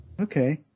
Okay